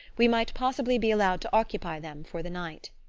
we might possibly be allowed to occupy them for the night.